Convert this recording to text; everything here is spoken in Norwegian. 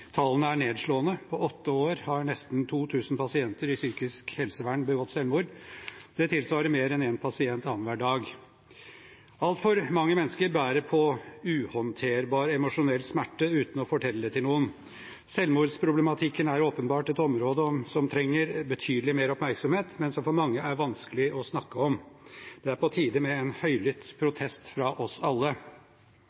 Tallene er nedslående. På åtte år har nesten 2 000 pasienter i psykisk helsevern begått selvmord. Det tilsvarer mer enn én pasient annen hver dag. Altfor mange mennesker bærer på uhåndterbar emosjonell smerte uten å fortelle det til noen. Selvmordsproblematikken er åpenbart et område som trenger betydelig mer oppmerksomhet, men som for mange er vanskelig å snakke om. Det er på tide med en høylytt